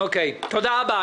תודה רבה.